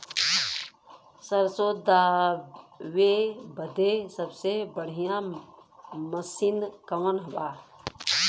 सरसों दावे बदे सबसे बढ़ियां मसिन कवन बा?